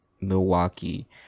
Milwaukee